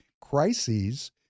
crises